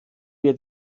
wir